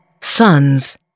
Sons